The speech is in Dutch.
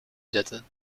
zetten